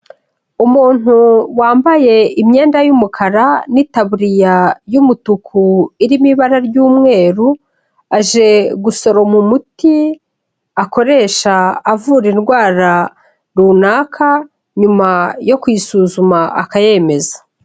Umuntu wambaye imyenda y'umukara, n'itaburiya y'umutuku irimo ibara ry'umweru, aje gusoroma umuti akoresha avura indwara runaka, nyuma yo kuyisuzuma akayemeza.